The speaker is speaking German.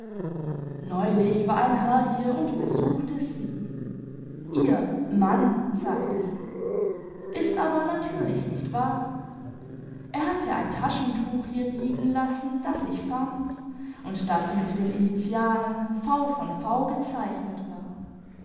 neulich war ein herr hier und besuchte sie ihr mann sagte sie ist aber natürlich nicht wahr er hatte ein taschentuch hier liegen lassen das ich fand und das mit den initialen v v v gezeichnet war